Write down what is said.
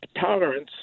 tolerance